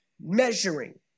measuring